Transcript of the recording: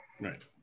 Right